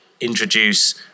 introduce